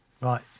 Right